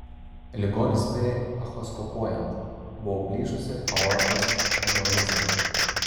ligonis mirė echoskopuojant buvo plyšusi aortos aneurizma